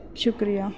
شکریہ